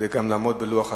וגם נעמוד בלוח הזמנים.